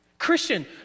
Christian